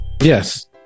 Yes